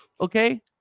Okay